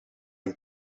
een